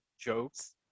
jokes